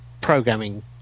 programming